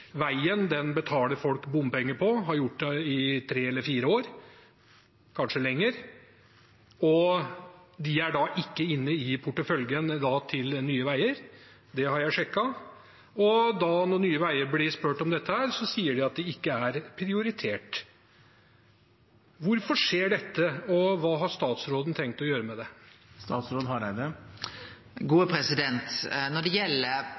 betaler folk bompenger på, og de har gjort det i tre eller fire år, kanskje lenger. Den er ikke inne i porteføljen til Nye Veier, det har jeg sjekket. Når Nye Veier blir spurt om dette, sier de at det ikke er prioritert. Hvorfor skjer dette, og hva har statsråden tenkt å gjøre med det?